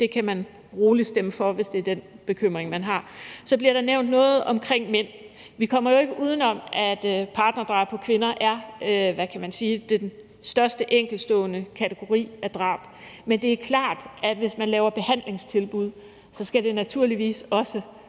det kan man roligt stemme for, hvis det er den bekymring, man har. Så bliver der nævnt noget omkring mænd. Vi kommer jo ikke uden om, at partnerdrab på kvinder er den største enkeltstående kategori af drab, men det er klart, at hvis man laver behandlingstilbud, skal det naturligvis også gælde